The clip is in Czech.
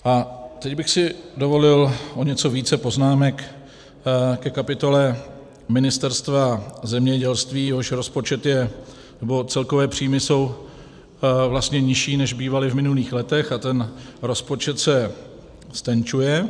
A teď bych si dovolil o něco více poznámek ke kapitole Ministerstva zemědělství, jehož rozpočet je nebo celkové příjmy jsou vlastně nižší, než bývaly v minulých letech, a ten rozpočet se ztenčuje.